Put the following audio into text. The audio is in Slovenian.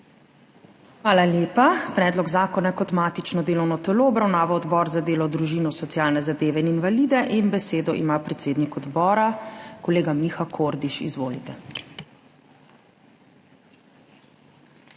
Hvala lepa. Predlog zakona je kot matično delovno telo obravnaval Odbor za delo, družino, socialne zadeve in invalide. Besedo ima predsednik odbora, kolega Miha Kordiš. Izvolite.